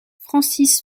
francis